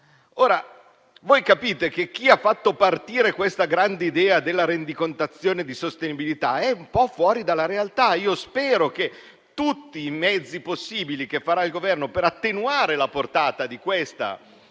Ora voi capite che chi ha fatto partire questa grande idea della rendicontazione di sostenibilità è un po' fuori dalla realtà. Io spero che il Governo adotterà tutti i mezzi possibili per attenuare la portata di questa